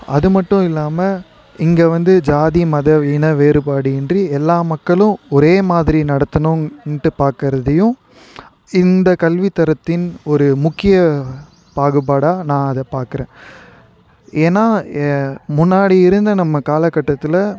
அது மட்டும் இல்லாமல் இங்க வந்து ஜாதி மத இன வேறுபாடு இன்றி எல்லா மக்களும் ஒரே மாதிரி நடத்தணும்ன்ட்டு பாக்கிறதையும் இந்த கல்வி தரத்தின் ஒரு முக்கிய பாகுபாடாக நான் அதை பாக்கிறேன் ஏன்னா முன்னாடி இருந்த நம்ம காலகட்டத்தில்